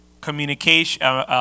communication